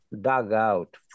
dugout